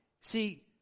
See